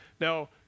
Now